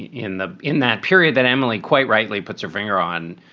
in the in that period than emily quite rightly puts her finger on.